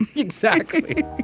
exactly it